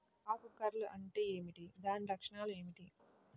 ఆకు కర్ల్ అంటే ఏమిటి? దాని లక్షణాలు ఏమిటి?